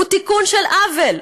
הוא תיקון של עוול,